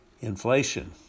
Inflation